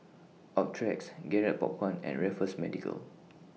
Optrex Garrett Popcorn and Raffles Medical